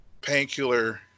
painkiller